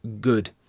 good